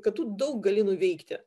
kad tu daug gali nuveikti